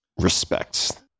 respects